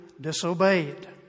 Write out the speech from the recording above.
disobeyed